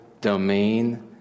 domain